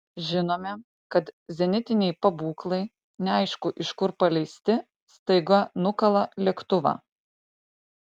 žinome kad zenitiniai pabūklai neaišku iš kur paleisti staiga nukala lėktuvą